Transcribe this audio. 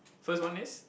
first one is